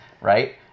right